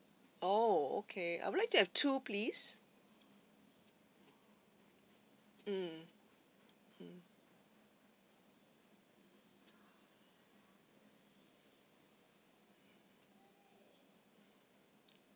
oh okay I would like to have two please mm mm